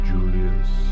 Julius